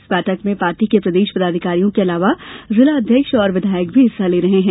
इस बैठक में पार्टी के प्रदेश पदाधिकारियों के अलावा जिला अध्यक्ष और विधायक भी हिस्सा ले रहे हैं